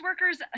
workers